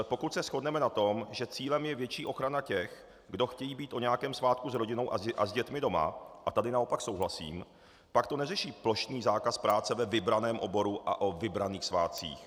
Pokud se shodneme na tom, že cílem je větší ochrana těch, kdo chtějí být o nějakém svátku s rodinou a s dětmi doma, a tady naopak souhlasím, pak to neřeší plošný zákaz práce ve vybraném oboru a o vybraných svátcích.